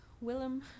Willem